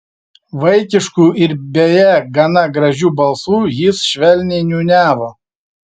vaikišku ir beje gana gražiu balsu jis švelniai niūniavo